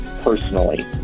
personally